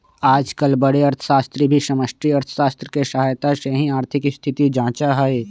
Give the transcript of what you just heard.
आजकल बडे अर्थशास्त्री भी समष्टि अर्थशास्त्र के सहायता से ही आर्थिक स्थिति जांचा हई